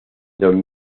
don